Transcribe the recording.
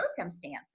circumstances